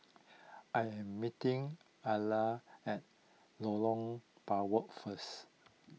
I am meeting Alia at Lorong Biawak first